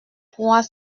trois